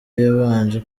yabanje